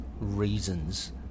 reasons